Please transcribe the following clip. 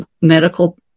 medical